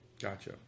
Gotcha